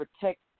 protect